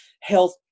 health